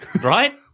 Right